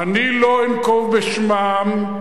אני לא אנקוב בשמם,